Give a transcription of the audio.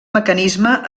mecanisme